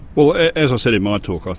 well, as i said in my talk, ah